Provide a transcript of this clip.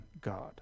God